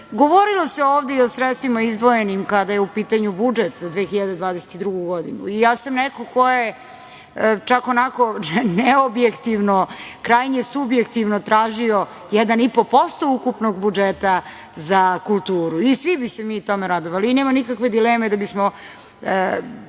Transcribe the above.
kulturu. Govorilo se ovde i o sredstvima izdvojenim, kada je u pitanju budžet za 2022. godinu, i ja sam neko ko je čak onako neobjektivno, krajnje subjektivno tražio 1,5% ukupnog budžeta za kulturu. Svi bi se mi tome radovali, i nema nikakve dileme da bismo